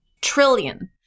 trillion